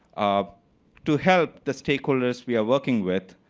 um to help the stakeholders we are working with,